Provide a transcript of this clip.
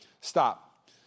Stop